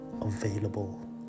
available